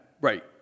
right